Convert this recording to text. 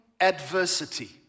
Adversity